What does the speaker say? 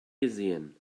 gesehen